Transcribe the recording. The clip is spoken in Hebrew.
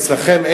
אצלכם,